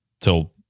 till